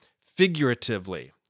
figuratively